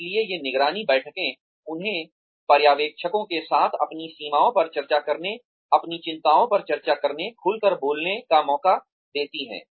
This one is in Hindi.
इसलिए ये निगरानी बैठकें उन्हें पर्यवेक्षकों के साथ अपनी सीमाओं पर चर्चा करने अपनी चिंताओं पर चर्चा करने खुल कर बोलने का मौका देती है